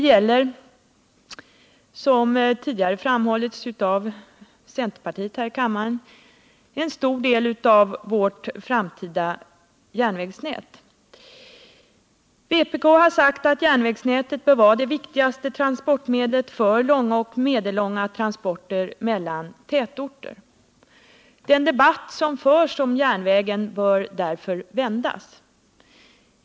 Det gäller, som tidigare framhållits här i kammaren av centerns företrädare, en stor del av vårt framtida järnvägsnät. Vpk har sagt att järnvägarna bör vara det viktigaste transportmedlet för långa och medellånga transporter mellan tätorter. Den debatt som förs om järnvägen bör därför vändas.